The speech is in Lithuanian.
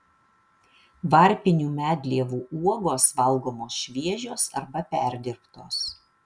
varpinių medlievų uogos valgomos šviežios arba perdirbtos